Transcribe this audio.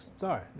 sorry